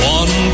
one